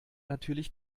natürlich